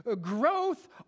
growth